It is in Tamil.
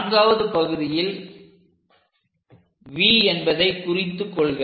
நான்காவது பகுதியில் V என்பதை குறித்து கொள்க